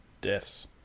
deaths